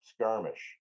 skirmish